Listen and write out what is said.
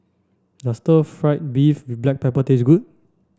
does stir fried beef with black pepper taste good